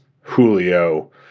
Julio